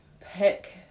pick